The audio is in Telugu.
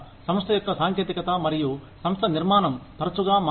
సంస్థ యొక్క సాంకేతికత మరియు సంస్థ నిర్మాణం తరచుగా మారుతాయి